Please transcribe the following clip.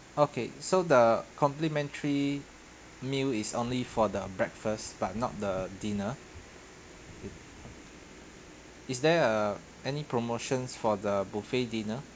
okay so the complimentary meal is only for the breakfast but not the dinner is there uh any promotions for the buffet dinner